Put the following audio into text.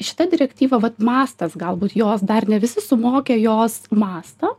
šita direktyva vat mastas galbūt jos dar ne visi suvokia jos mastą